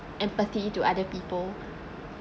empathy to other people